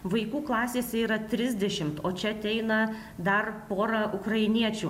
vaikų klasėse yra trisdešimt o čia ateina dar porą ukrainiečių